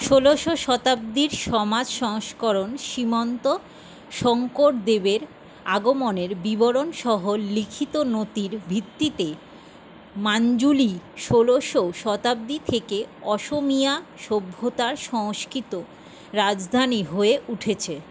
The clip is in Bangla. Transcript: ষোলোশো শতাব্দীর সমাজ সংস্করণ শ্রীমন্ত শঙ্করদেবের আগমনের বিবরণসহ লিখিত নথির ভিত্তিতে মানজুলি ষোলোশো শতাব্দী থেকে অসমীয়া সভ্যতার সংস্কৃত রাজধানী হয়ে উঠেছে